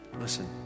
Listen